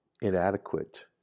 inadequate